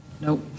nope